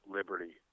Liberty